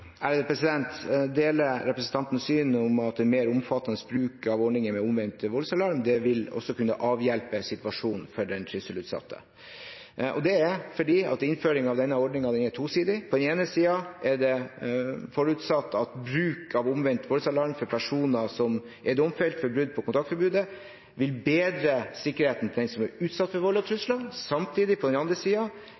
Jeg deler representantens syn, at en mer omfattende bruk av ordningen med omvendt voldsalarm også vil kunne avhjelpe situasjonen for den trusselutsatte. Det er fordi innføringen av denne ordningen er tosidig. På den ene siden er det forutsatt at bruk av omvendt voldsalarm for personer som er domfelt for brudd på kontaktforbudet, vil bedre sikkerheten til den som er utsatt for vold og